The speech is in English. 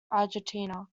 argentina